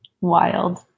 wild